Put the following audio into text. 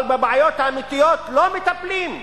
אבל בבעיות האמיתות לא מטפלים.